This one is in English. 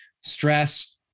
stress